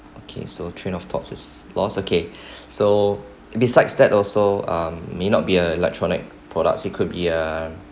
okay so train of thoughts is lost okay so besides that also um may not be a electronic products it could be a